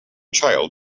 child